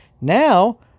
Now